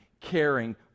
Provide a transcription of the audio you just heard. caring